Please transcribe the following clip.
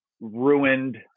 ruined